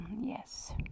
yes